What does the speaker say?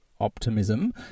optimism